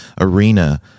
arena